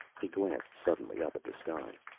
he glanced suddenly up at the sky.